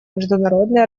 международные